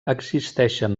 existeixen